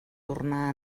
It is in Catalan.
tornar